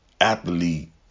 athlete